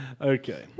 Okay